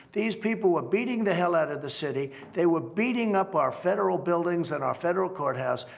these people were beating the hell out of the city. they were beating up our federal buildings and our federal courthouse.